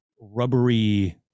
rubbery